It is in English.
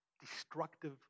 destructive